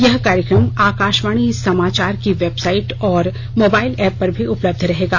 यह कार्यक्रम आकाशवाणी समाचार की वेबसाइट और मोबाइल ऐप पर भी उपलब्ध रहेगा